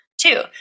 Two